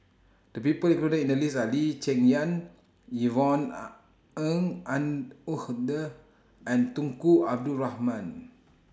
The People included in The list Are Lee Cheng Yan Yvonne Ng and Uhde and Tunku Abdul Rahman